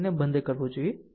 તેને બંધ કરવું જોઈએ